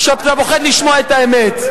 כשאתה פוחד לשמוע את האמת,